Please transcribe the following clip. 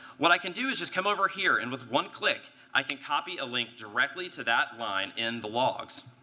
what i can do is just come over here, and with one click, i can copy a link directly to that line in the logs.